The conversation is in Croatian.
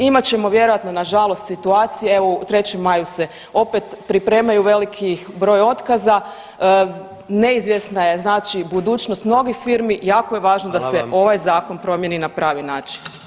Imat ćemo vjerojatno nažalost situacije, evo u 3. Maju se opet pripremaju veliki broj otkaza, neizvjesna je znači budućnost mnogih firmi i jako je važno da se ovaj zakon promijeni na pravi način.